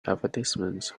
advertisements